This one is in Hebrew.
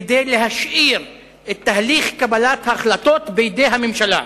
כדי להשאיר את תהליך קבלת ההחלטות בידי הממשלה,